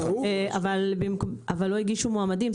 אבל לא הגישו מועמדים,